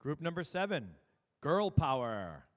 group number seven girl power